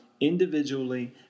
individually